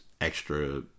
extra